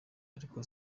ariko